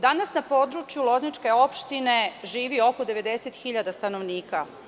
Danas na području lozničke opštine živi oko 90.000 stanovnika.